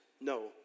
no